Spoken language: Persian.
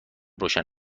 روشن